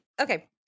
Okay